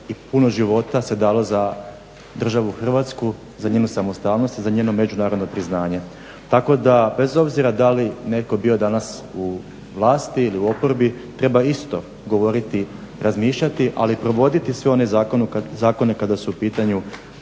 i puno života se dalo za državu Hrvatsku, za njenu samostalnost i za njeno međunarodno priznanje. Tako da bez obzira da li netko bio danas u vlasti ili u oporbi treba isto govoriti, razmišljati ali provoditi sve one zakone kada su u pitanju